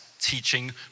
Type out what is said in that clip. teaching